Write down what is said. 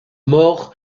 mort